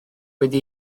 wedi